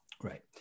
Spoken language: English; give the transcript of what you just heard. Right